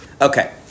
Okay